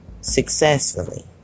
successfully